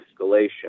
escalation